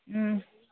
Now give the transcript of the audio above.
ꯎꯝ